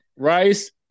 Rice